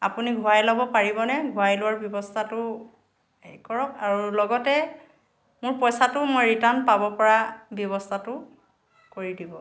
আপুনি ঘূৰাই ল'ব পাৰিবনে ঘূৰাই লোৱাৰ ব্যৱস্থাটো হে কৰক আৰু লগতে মোৰ পইচাটো মই ৰিটাৰ্ন পাব পৰা ব্যৱস্থাটো কৰি দিব